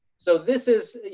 so this is,